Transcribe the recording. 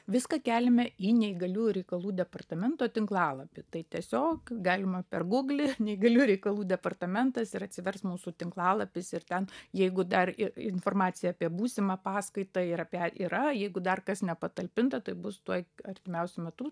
viską keliame į neįgaliųjų reikalų departamento tinklalapį tai tiesiog galima per guglį neįgaliųjų reikalų departamentas ir atsivers mūsų tinklalapis ir ten jeigu dar ir informacija apie būsimą paskaitą ir apie yra jeigu dar kas nepatalpinta tai bus tuoj artimiausiu metu